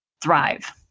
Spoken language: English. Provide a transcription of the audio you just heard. thrive